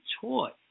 taught